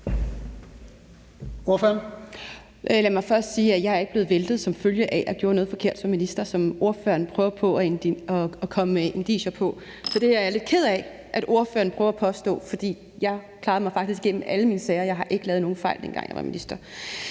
Lad mig først sige, at jeg ikke er blevet væltet, som følge af at jeg gjorde noget forkert som minister, som ordføreren prøver på at komme med indicier på. Så det er jeg lidt ked af at ordføreren prøver at påstå, for jeg klarede mig faktisk igennem alle mine sager. Jeg har ikke lavet nogen fejl, dengang jeg var minister.